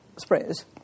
sprays